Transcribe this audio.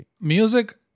Music